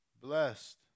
Blessed